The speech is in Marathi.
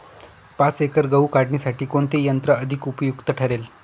पाच एकर गहू काढणीसाठी कोणते यंत्र अधिक उपयुक्त ठरेल?